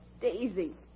Daisy